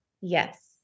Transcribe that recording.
Yes